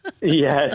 Yes